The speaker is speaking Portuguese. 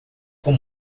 com